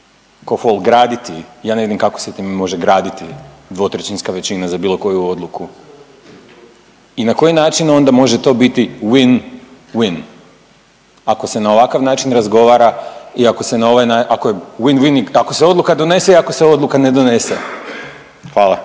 ko fol graditi, ja ne vidim kako se time može graditi 2/3 većina za bilo koju odluku. I na koji način onda to može biti win-win ako se na ovakav način razgovara i ako se na ovaj, ako win-win, ako se odluka donese i ako se odluka ne donese. Hvala.